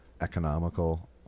economical